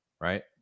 Right